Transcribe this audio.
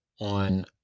on